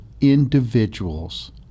individuals